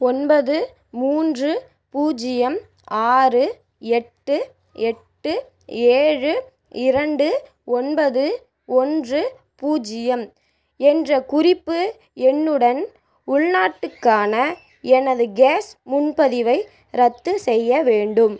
ஒன்பது மூன்று பூஜ்ஜியம் ஆறு எட்டு எட்டு ஏழு இரண்டு ஒன்பது ஒன்று பூஜ்ஜியம் என்ற குறிப்பு எண்ணுடன் உள்நாட்டுக்கான எனது கேஸ் முன்பதிவை ரத்து செய்ய வேண்டும்